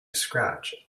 scratch